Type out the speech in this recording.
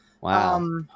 Wow